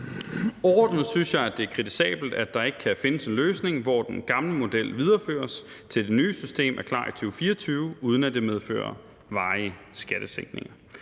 Overordnet synes jeg, at det er kritisabelt, at der ikke kan findes en løsning, hvor den gamle model videreføres, til det nye system er klar i 2024, uden at det medfører varige skattesænkninger.